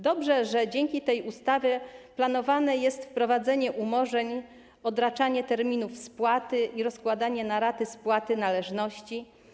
Dobrze, że dzięki tej ustawie planowane jest wprowadzenie umorzeń, odraczanie terminów spłat i rozkładanie na raty spłat należności.